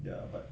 ya but